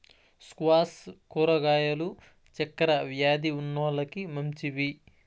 squash కూరగాయలు చక్కర వ్యాది ఉన్నోలకి మంచివి